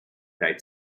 diet